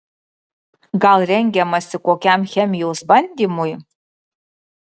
gal rengiamasi kokiam chemijos bandymui